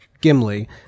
Gimli